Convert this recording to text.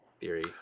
theory